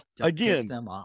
again